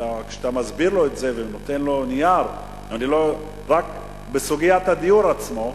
שאתה מסביר לו את זה ונותן לו נייר בסוגיית הדיור עצמו,